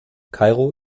kairo